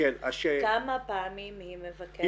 כמה פעמים היא מבקרת?